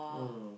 mm